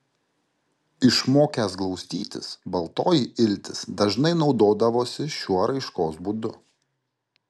išmokęs glaustytis baltoji iltis dažnai naudodavosi šiuo raiškos būdu